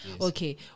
okay